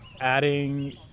adding